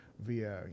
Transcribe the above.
via